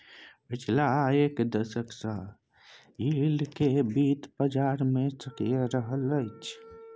पछिला एक दशक सँ यील्ड केँ बित्त बजार मे सक्रिय रहैत छै